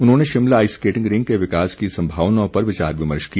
उन्होंने Shimla ice skating rink के विकास की संभावनाओं पर विचार विमर्श किया